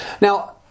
Now